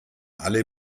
alle